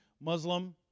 Muslim